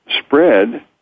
spread